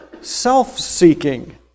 self-seeking